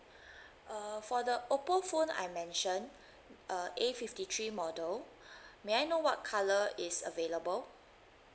uh for the oppo phone I mentioned uh A fifty three model may I know what colour is available